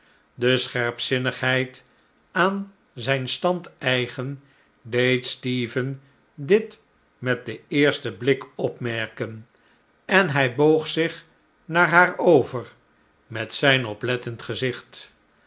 de scherpzinnigheid aan zijn stand eigen deed stephen dit met den eersten blik opmerken en hij boog zich naar haar over met zijn oplettend gezicht